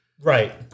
Right